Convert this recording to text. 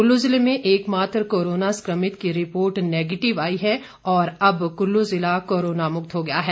कुल्लू जिले में एक मात्र कोरोना संक्रमित की रिपोर्ट नेगेटिव आई है और अब कुल्लू जिला कोरोना मुक्त हो गया है